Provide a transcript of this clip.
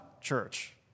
church